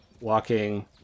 walking